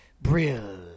Brill